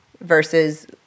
versus